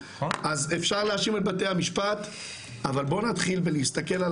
אז אפשר להאשים את בתי המשפט אבל בוא נתחיל בלהסתכל על